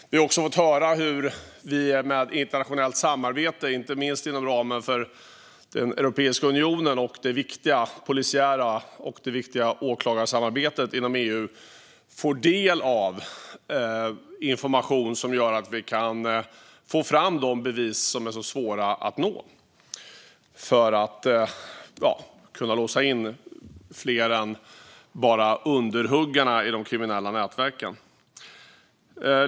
Vi har också fått höra hur vi med internationellt samarbete, inte minst inom ramen för Europeiska unionen och det viktiga polis och åklagarsamarbetet inom EU, får del av information som gör att vi kan få fram de bevis som är så svåra att nå, så att vi kan låsa in fler än bara underhuggarna i de kriminella nätverken.